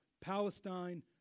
Palestine